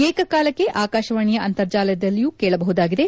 ಏಕಕಾಲಕ್ಕೆ ಆಕಾಶವಾಣಿಯ ಅಂತರ್ಜಾಲದಲ್ಲಿಯೂ ಕೇಳಬಹುದಾಗಿದೆ